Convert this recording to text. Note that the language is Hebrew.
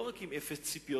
לא רק עם אפס ציפיות,